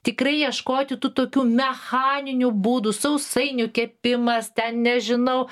tikrai ieškoti tų tokių mechaninių būdų sausainių kepimas ten nežinau